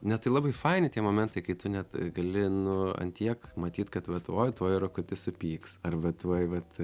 ne tai labai faini tie momentai kai tu net gali nu ant tiek matyt kad vat oj tuoj rokutis supyks arba tuoj vat